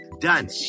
done